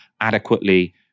adequately